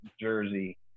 Jersey